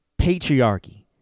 patriarchy